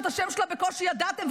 שאת השם שלה בקושי ידעתם,